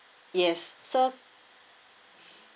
yes so